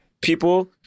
people